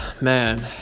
man